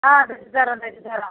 ஆ தைச்சுத் தர்றோம் தைச்சுத் தர்றோம்